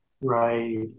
Right